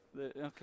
Okay